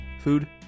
food